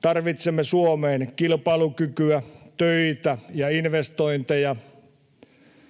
Tarvitsemme Suomeen kilpailukykyä, töitä ja investointeja.